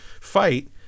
fight